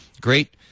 great